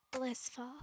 Blissful